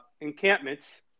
encampments